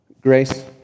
Grace